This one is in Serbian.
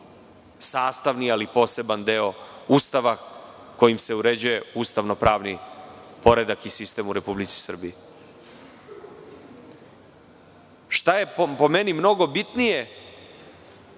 sastavni, ali poseban deo Ustava kojim se uređuje ustavno-pravni poredak i sistem u Republici Srbiji. Šta je, po meni, mnogo bitnije